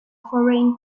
foreign